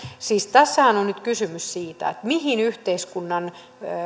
siis tässähän on nyt kysymys siitä mihin yhteiskunnan